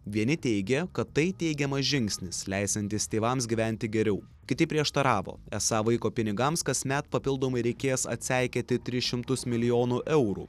vieni teigia kad tai teigiamas žingsnis leisiantis tėvams gyventi geriau kiti prieštaravo esą vaiko pinigams kasmet papildomai reikės atseikėti tris šimtus milijonų eurų